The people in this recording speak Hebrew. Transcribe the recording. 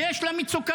שיש לה מצוקה,